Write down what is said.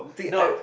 no